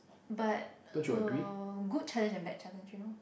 but uh good challenge and bad challenge you know